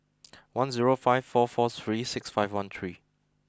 one zero five four four three six five one three